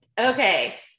Okay